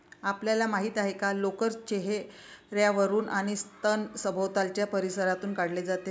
आपल्याला माहित आहे का लोकर चेहर्यावरून आणि स्तन सभोवतालच्या परिसरातून काढले जाते